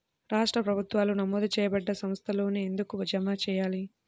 రాష్ట్ర ప్రభుత్వాలు నమోదు చేయబడ్డ సంస్థలలోనే ఎందుకు జమ చెయ్యాలి?